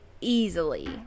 easily